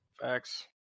Facts